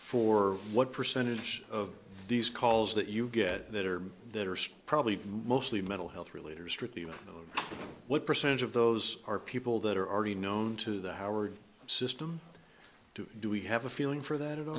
for what percentage of these calls that you get that are probably mostly mental health related or strictly you know what percentage of those are people that are already known to the howard system do we have a feeling for that